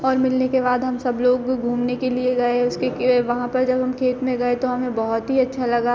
और मिलने के बाद हम सब लोग घूमने के लिए गए उसके वहाँ पर जब हम खेत में गए तो हमें बहुत ही अच्छा लगा